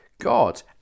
God